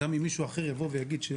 גם אם מישהו אחר יבוא ושעשו.